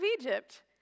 Egypt